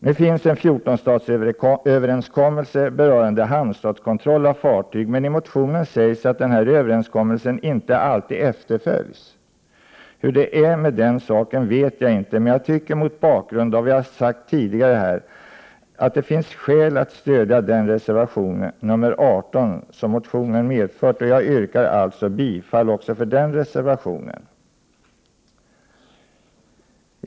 Nu finns en 14-statsöverenskommelse rörande hamnstadskontroll av fartyg, men i motionen sägs att denna överenskommelse inte alltid efterföljs. Hur det är med den saken vet jag inte, men jag tycker mot bakgrund av vad jag tidigare framfört att det finns skäl stödja den reservation som motionen medfört. Jag yrkar alltså bifall också till reservation 18.